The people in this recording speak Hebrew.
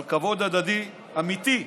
על כבוד הדדי אמיתי,